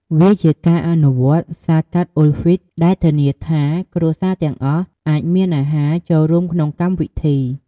វាជាការអនុវត្តន៍ហ្សាកាតអ៊ុលហ្វីត្រ ដែលធានាថា គ្រួសារទាំងអស់អាចមានអាហារចូលរួមក្នុងកម្មវិធី។